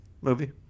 movie